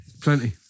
Plenty